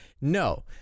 No